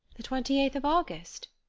the twenty-eighth of august?